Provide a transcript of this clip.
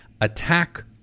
Attack